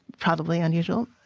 probably unusual.